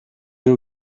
you